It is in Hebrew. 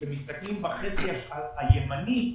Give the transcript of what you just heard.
כשאתם מסתכלים בחצי הימני,